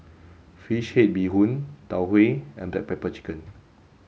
fish head bee hoon Tau Huay and black pepper chicken